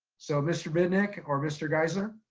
so mr. bidnick or mr. geiszler.